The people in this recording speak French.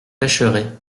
pêcherai